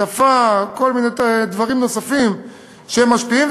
שפה וכל מיני דברים נוספים שמשפיעים,